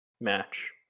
Match